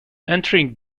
entering